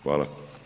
Hvala.